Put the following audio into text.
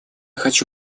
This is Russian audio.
хочу